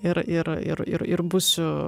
ir ir ir ir ir būsiu